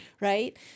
Right